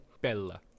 Bella